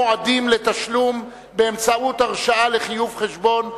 מועדים לתשלום באמצעות הרשאה לחיוב חשבון),